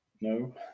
No